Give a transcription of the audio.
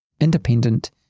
independent